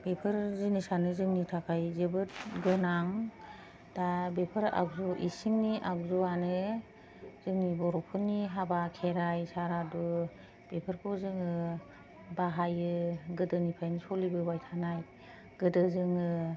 बेफोर जिनिसानो जोंनि थाखाय जोबोर गोनां दा बेफोर आगजु इसिंनि आगजुआनो जोंनि बर'फोरनि हाबा खेराय सारादु बेफोरखौ जोङो बाहायो गोदोनिफ्रायनो सलिबोबाय थानाय गोदो जोङो